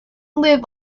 live